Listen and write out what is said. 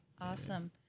awesome